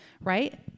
right